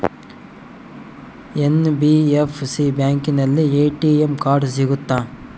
NBFC ಬ್ಯಾಂಕಿನಲ್ಲಿ ATM card ಸಿಗುತ್ತಾ?